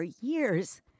years